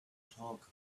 talk